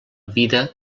vida